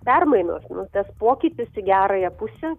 permainos nu tas pokytis į gerąją pusę